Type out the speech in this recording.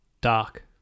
dark